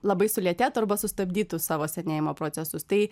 labai sulėtėtų arba sustabdytų savo senėjimo procesus tai